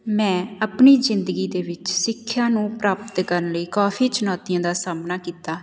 ਮੈਂ ਆਪਣੀ ਜ਼ਿੰਦਗੀ ਦੇ ਵਿੱਚ ਸਿੱਖਿਆ ਨੂੰ ਪ੍ਰਾਪਤ ਕਰਨ ਲਈ ਕਾਫੀ ਚੁਣੌਤੀਆਂ ਦਾ ਸਾਹਮਣਾ ਕੀਤਾ